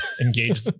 engage